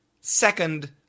second